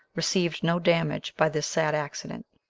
received no damage by this sad accident.